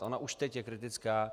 Ona už teď je kritická.